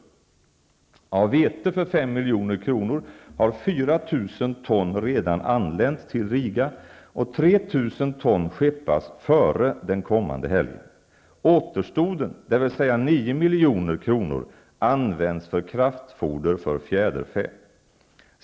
Av vete för 5 milj.kr. har 4 000 ton redan anlänt till Riga och Återstoden, dvs. 9 milj.kr., används för kraftfoder för fjäderfä.